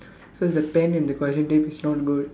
so it's the pen and the correction tape is not good